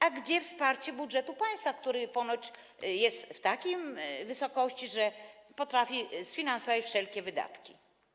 A gdzie wsparcie budżetu państwa, który ponoć jest w takiej wysokości, że potrafi sfinansować wszelkie wydatki?